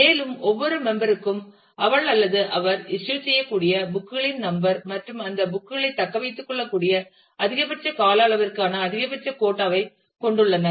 மேலும் ஒவ்வொரு மெம்பர் ரும் அவள் அல்லது அவர் இஸ்யூ செய்யக்கூடிய புக் களின் நம்பர் மற்றும் அந்த புக் களைத் தக்க வைத்துக் கொள்ளக்கூடிய அதிகபட்ச கால அளவிற்கான அதிகபட்ச கோட்டா ஐ கொண்டுள்ளனர்